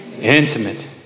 intimate